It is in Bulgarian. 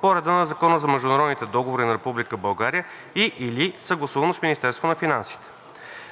по реда на Закона за международните договори на Република България и/или съгласувано с Министерството на финансите.